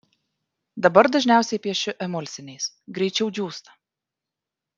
dabar dažniausiai piešiu emulsiniais greičiau džiūsta